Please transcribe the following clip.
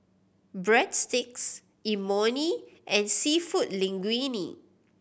Breadsticks Imoni and Seafood Linguine